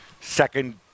second